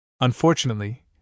Unfortunately